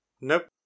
Nope